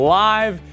live